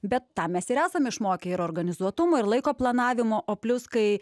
bet tam mes ir esam išmokę ir organizuotumo ir laiko planavimo o plius kai